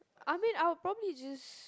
I mean I will probably just